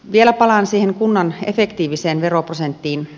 vielä palaan kunnan efektiiviseen veroprosenttiin